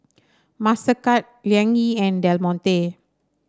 Mastercard Liang Yi and Del Monte